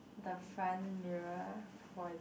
the front mirror for it